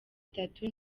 itatu